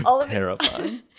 Terrifying